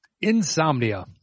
Insomnia